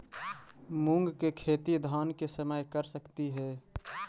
मुंग के खेती धान के समय कर सकती हे?